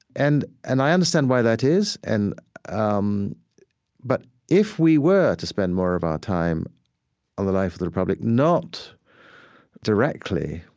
and and i understand why that is, and um but if we were to spend more of our time on the life of the republic not directly,